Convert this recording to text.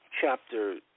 chapter